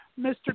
Mr